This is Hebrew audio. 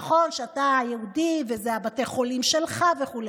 נכון שאתה יהודי ואלה בתי החולים שלך וכו'.